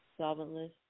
Solventless